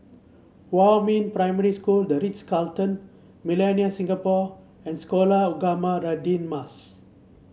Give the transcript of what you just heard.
Huamin Primary School The Ritz Carlton Millenia Singapore and Sekolah Ugama Radin Mas